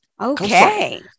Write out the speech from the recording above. okay